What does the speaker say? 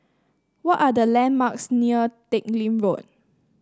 what are the landmarks near Teck Lim Road